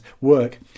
work